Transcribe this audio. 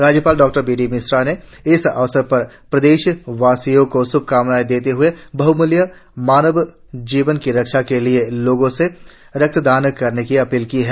राज्यपाल डॉबीडी मिश्रा इस अवसर पर प्रदेश वासियों को श्भकामनाएं देते हुए बहमूल्य मानव जीवन की रक्षा के लिए लोगों से रक्तदान करने की अपील की है